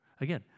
Again